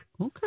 Okay